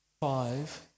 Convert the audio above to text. five